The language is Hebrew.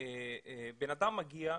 בן אדם מגיע,